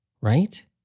right